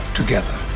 together